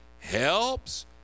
helps